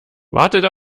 wartet